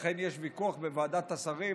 אכן יש ויכוח בוועדת השרים,